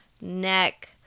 neck